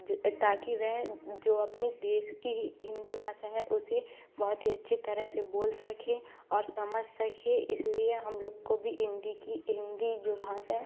ज ताकि वह जो अपनी देश की ही हिंदी भासा है उसे बहुत ही अच्छी तरह से बोल सके और समझ सके इसलिए हम लोग को भी हिंदी की हिंदी जो भाषा है